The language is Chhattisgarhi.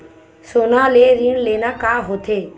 सोना ले ऋण लेना का होथे?